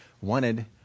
wanted